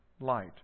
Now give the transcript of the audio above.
light